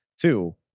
Two